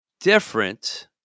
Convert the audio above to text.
different